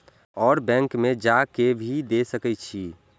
और बैंक में जा के भी दे सके छी?